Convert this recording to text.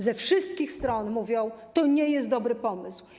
Ze wszystkich stron mówią: to nie jest dobry pomysł.